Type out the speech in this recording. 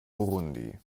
burundi